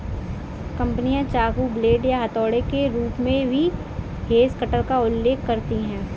कंपनियां चाकू, ब्लेड या हथौड़े के रूप में भी हेज कटर का उल्लेख करती हैं